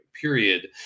period